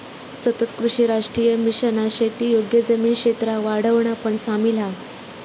सतत कृषी राष्ट्रीय मिशनात शेती योग्य जमीन क्षेत्राक वाढवणा पण सामिल हा